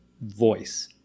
voice